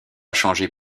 changé